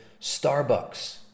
Starbucks